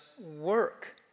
work